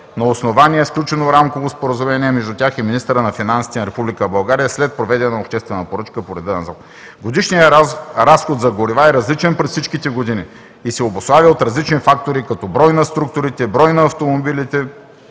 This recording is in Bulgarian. на основание сключено рамково споразумение между тях и министъра на финансите на Република България след проведена обществена поръчка по реда на ЗОП. Годишният разход за горива е различен през всичките години и се обуславя от различни фактори като брой на структурите, брой на автомобилите,